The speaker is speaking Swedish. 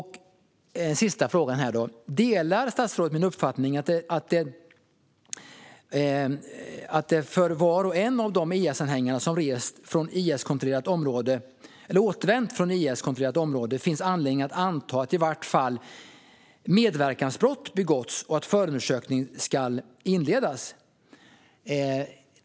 Den sista frågan är: Delar statsrådet min uppfattning att det för var och en av de IS-anhängare som rest från IS-kontrollerat område eller återvänt från IS-kontrollerat område finns anledning att anta att i vart fall medverkansbrott begåtts och att förundersökning ska inledas?